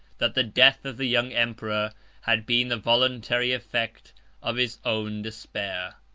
that the death of the young emperor had been the voluntary effect of his own despair.